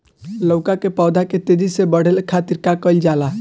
लउका के पौधा के तेजी से बढ़े खातीर का कइल जाला?